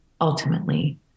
ultimately